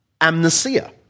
amnesia